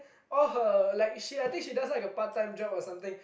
all her like she I think she does like a part time job or something